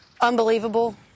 Unbelievable